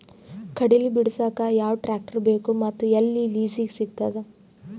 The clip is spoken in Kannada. ಕಡಲಿ ಬಿಡಸಕ್ ಯಾವ ಟ್ರ್ಯಾಕ್ಟರ್ ಬೇಕು ಮತ್ತು ಎಲ್ಲಿ ಲಿಜೀಗ ಸಿಗತದ?